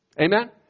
Amen